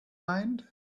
mind